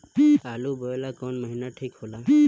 आलू बोए ला कवन महीना ठीक हो ला?